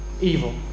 evil